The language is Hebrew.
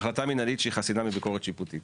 החלטה מנהלית שהיא חסינה מביקורת שיפוטית,